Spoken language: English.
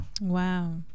Wow